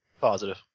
Positive